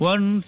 One